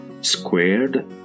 squared